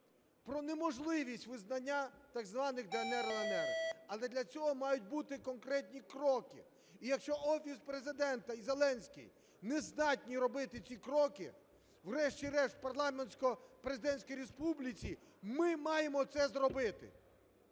про неможливість визнання так званих "ДНР", "ЛНР". Але для цього мають бути конкретні кроки, і якщо Офіс Президента і Зеленський не здатні робити ці кроки, врешті-решт у парламентсько-президентській республіці ми маємо це зробити.